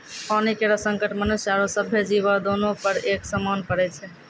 पानी केरो संकट मनुष्य आरो सभ्भे जीवो, दोनों पर एक समान पड़ै छै?